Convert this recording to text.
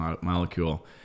Molecule